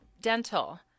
dental